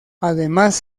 además